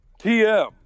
TM